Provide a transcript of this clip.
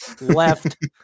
left